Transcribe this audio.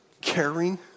caring